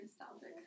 nostalgic